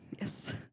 Yes